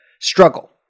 struggle